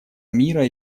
мира